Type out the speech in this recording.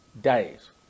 days